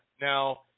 Now